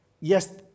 Yes